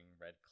red